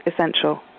essential